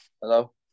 Hello